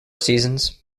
seasons